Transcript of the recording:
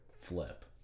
flip